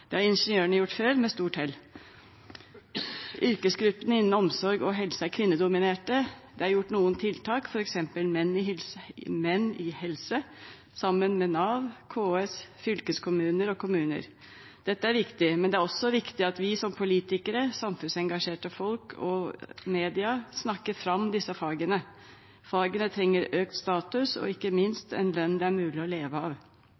Slik har ingeniørene gjort det før dem, med stort hell. Yrkesgruppene innen omsorg og helse er kvinnedominert. Det er gjort noen tiltak, f.eks. Menn i helse, sammen med Nav, KS, fylkeskommuner og kommuner. Dette er viktig, men det er også viktig at vi som politikere, samfunnsengasjerte folk og media snakker fram disse fagene. Fagene trenger økt status og ikke minst en lønn det er mulig å leve av.